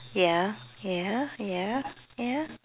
ya ya ya ya